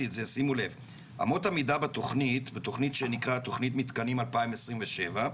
אמות המידה בתכנית, שנקראת תכנית מתקנים 2027,